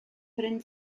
bryn